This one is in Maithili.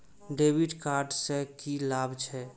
डेविट कार्ड से की लाभ छै?